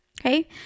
Okay